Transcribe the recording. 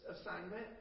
assignment